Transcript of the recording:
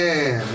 Man